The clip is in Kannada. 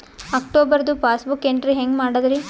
ಅಕ್ಟೋಬರ್ದು ಪಾಸ್ಬುಕ್ ಎಂಟ್ರಿ ಹೆಂಗ್ ಮಾಡದ್ರಿ?